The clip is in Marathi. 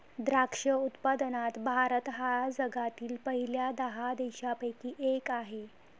द्राक्ष उत्पादनात भारत हा जगातील पहिल्या दहा देशांपैकी एक आहे